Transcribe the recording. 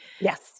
Yes